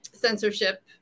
Censorship